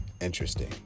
interesting